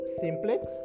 simplex